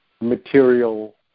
material